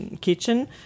kitchen